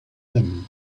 them